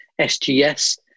SGS